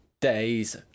days